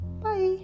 bye